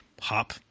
Hop